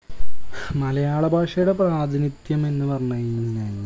മലയാള ഭാഷയുടെ പ്രാതിനിധ്യമെന്നു പറഞ്ഞു കഴിഞ്ഞു കഴിഞ്ഞാൽ